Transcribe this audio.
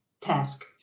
task